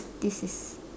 this is